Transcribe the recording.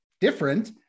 different